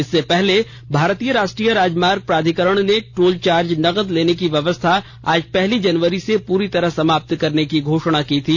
इससे पहले भारतीय राष्ट्रीय राजमार्ग प्राधिकरण ने टोल चार्ज नकद लेने की व्यवस्था आज पहली जनवरी से पूरी तरह समाप्त करने की घोषणा की थी